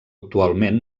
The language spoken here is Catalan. actualment